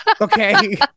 Okay